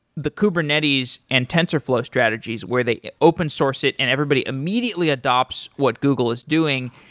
the kubernetes and tensorflow strategies where they open source it and everybody immediately adopts what google is doing,